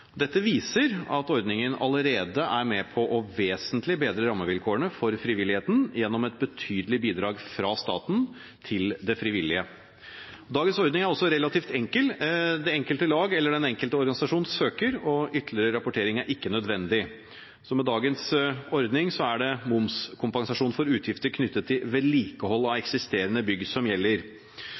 Dette viser at ordningen allerede er med på vesentlig å bedre rammevilkårene for frivilligheten gjennom et betydelig bidrag fra staten til det frivillige. Dagens ordning er relativt enkel, det enkelte lag eller den enkelte organisasjon søker, og ytterligere rapportering er ikke nødvendig. Med dagens ordning er det momskompensasjon for utgifter knyttet til vedlikehold av eksisterende bygg som gjelder.